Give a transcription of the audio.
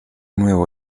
nuevo